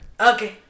Okay